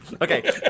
Okay